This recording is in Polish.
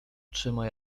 oczyma